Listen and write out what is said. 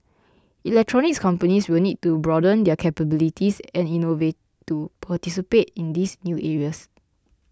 electronics companies will need to broaden their capabilities and innovate to participate in these new areas